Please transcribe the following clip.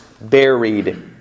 buried